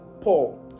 Paul